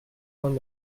point